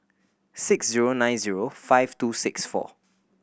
six zero nine zero five two six four